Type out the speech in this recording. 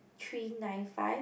three nine five